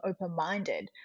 open-minded